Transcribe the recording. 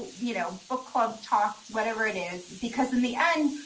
you know, book club talks, whatever it is. because in the end,